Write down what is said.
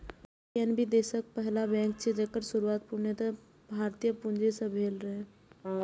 PNB देशक पहिल bank छियै, जेकर शुरुआत पूर्णतः भारतीय पूंजी सं भेल रहै